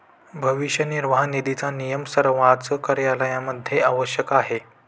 भविष्य निर्वाह निधीचा नियम सर्वच कार्यालयांमध्ये आवश्यक आहे